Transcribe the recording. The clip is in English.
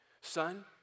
son